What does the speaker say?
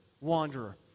wanderer